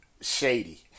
shady